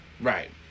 Right